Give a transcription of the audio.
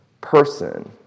person